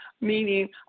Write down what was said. meaning